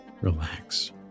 relax